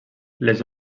les